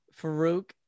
Farouk